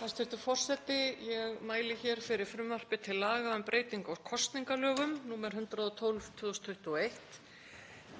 Hæstv. forseti. Ég mæli hér fyrir frumvarpi til laga um breytingu á kosningalögum, nr. 112/2021.